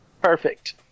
Perfect